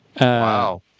Wow